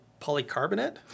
polycarbonate